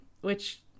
which-